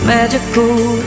Magical